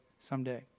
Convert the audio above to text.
someday